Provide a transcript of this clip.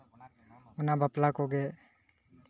ᱚᱱᱟ ᱵᱟᱯᱞᱟ ᱠᱚᱜᱮ